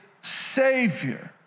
savior